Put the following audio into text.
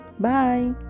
Bye